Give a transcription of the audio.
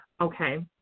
Okay